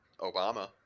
Obama